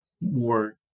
more